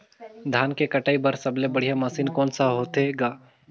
धान के कटाई बर सबले बढ़िया मशीन कोन सा होथे ग?